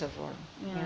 yeah mm